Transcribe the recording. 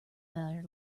better